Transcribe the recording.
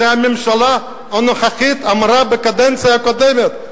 זה הממשלה הנוכחית אמרה בקדנציה הקודמת,